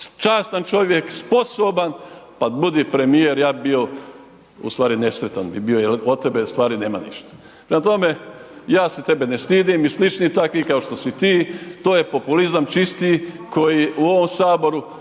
častan čovjek, sposoban, pa budi premijer, ja bi bio ustvari nesretan jer od tebe ustvari nema ništa. prema tome, ja se tebe ne stidim i slični takvi kao što si ti, to je populizam listo koji u ovom Saboru